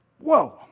Whoa